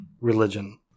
religion